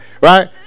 right